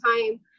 time